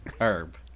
herb